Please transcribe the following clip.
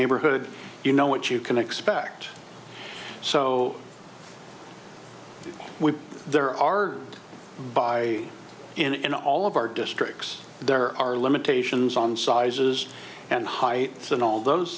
neighborhood you know what you can expect so when there are buy in all of our districts there are limitations on sizes and heights and all those